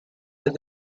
the